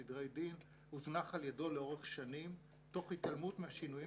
סוציאלית לסדרי דין הוזנח על ידו לאורך שנים תוך התעלמות מהשינויים